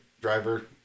driver